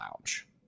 lounge